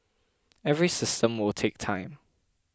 every system will take time